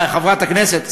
חברת הכנסת,